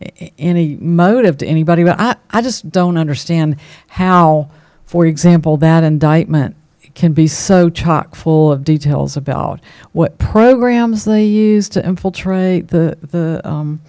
any motive to anybody but i just don't understand how for example that indictment can be so chock full of details about what programs they use to infiltrate